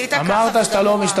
עשית ככה, יואל, אמרת שאתה לא משתתף.